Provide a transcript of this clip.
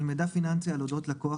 אל מידע פיננסי על אודות לקוח,